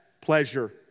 pleasure